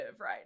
right